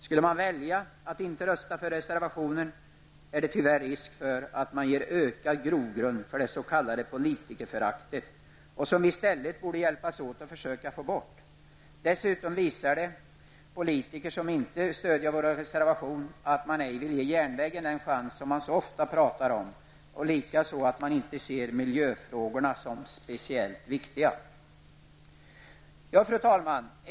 Skulle man välja att inte rösta för reservationen, är det tyvärr risk för att man ger ökad grogrund för det s.k. politikerföraktet -- som vi i stället borde hjälpas åt att försöka få bort. Dessutom visar de politiker som inte stöder våra reservationer att man ej vill ge järnvägen den chans man så ofta pratar om, och att man inte ser miljöfrågorna som speciellt viktiga. Fru talman!